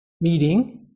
meeting